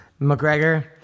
McGregor